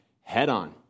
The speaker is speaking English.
head-on